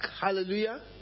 Hallelujah